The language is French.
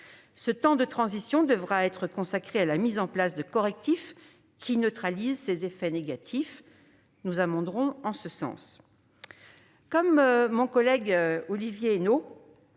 Ce temps de transition devra être consacré à la mise en place de correctifs neutralisant ces effets négatifs. Nous souhaitons amender le texte en ce sens. Comme mon collègue Olivier Henno,